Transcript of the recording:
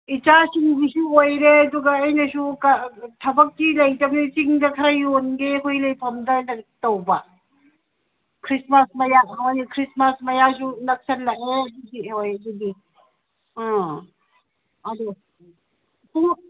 ꯏꯆꯥꯁꯤꯡꯒꯤꯁꯨ ꯑꯣꯏꯔꯦ ꯑꯗꯨꯒ ꯑꯩꯅꯁꯨ ꯊꯕꯛꯇꯤ ꯂꯩꯇꯕꯅꯤꯅ ꯆꯤꯡꯗ ꯈꯔ ꯌꯣꯟꯒꯦ ꯑꯩꯈꯣꯏ ꯂꯩꯐꯝꯗ ꯇꯧꯕ ꯈ꯭ꯔꯤꯁꯃꯥꯁ ꯃꯌꯥ ꯍꯣꯏꯅꯦ ꯈ꯭ꯔꯤꯁꯃꯥꯁ ꯃꯌꯥꯁꯨ ꯅꯛꯁꯜꯂꯛꯑꯦ ꯑꯗꯨꯒꯤ ꯍꯣꯏ ꯑꯗꯨꯒꯤ ꯑ ꯑꯗꯨ ꯈꯣꯡꯎꯞ